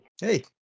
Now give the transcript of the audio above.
Hey